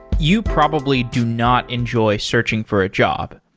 you probably do not enjoy searching for a job.